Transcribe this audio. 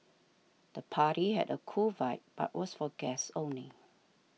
the party had a cool vibe but was for guests only